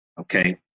okay